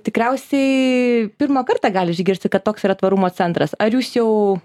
tikriausiai pirmą kartą gali išgirsti kad toks yra tvarumo centras ar jūs jau